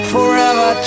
Forever